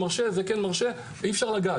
ברמה של אליפות עולם או אליפות אירופה.